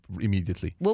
immediately